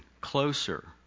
closer